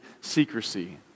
secrecy